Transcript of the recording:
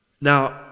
Now